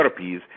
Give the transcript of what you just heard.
therapies